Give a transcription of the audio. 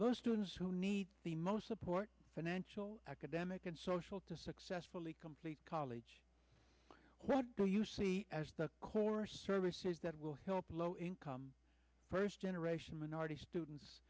those students who need the most support financial academic and social to successfully complete college what do you see as the core services that will help low income first generation minority students